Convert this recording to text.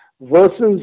versus